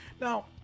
Now